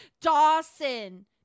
Dawson